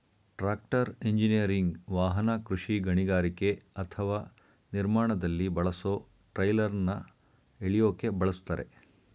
tractor engineering ವಾಹನ ಕೃಷಿ ಗಣಿಗಾರಿಕೆ ಅಥವಾ ನಿರ್ಮಾಣದಲ್ಲಿ ಬಳಸೊ ಟ್ರೈಲರ್ನ ಎಳ್ಯೋಕೆ ಬಳುಸ್ತರೆ